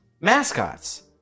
mascots